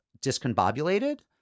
discombobulated